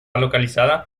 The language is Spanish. localizada